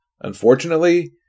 Unfortunately